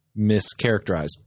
mischaracterized